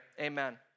Amen